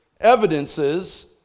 evidences